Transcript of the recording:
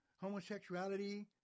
homosexuality